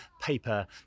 paper